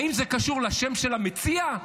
האם זה קשור לשם של המציע?